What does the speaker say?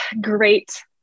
great